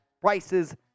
prices